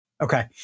Okay